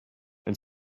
and